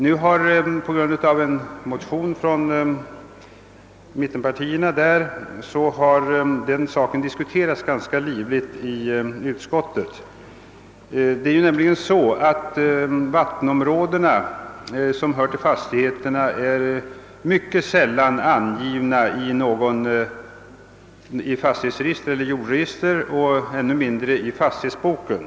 Nu har på grund av en motion från mittenpartierna den saken diskuterats ganska livligt inom utskottet. Det är nämligen på det sättet, att vattenområden som hör till fastigheterna mycket sällan är angivna i något fastighetsregister eller jordregister och ännu mindre i fastighetsboken.